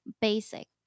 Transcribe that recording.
basic